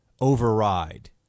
override